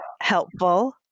helpful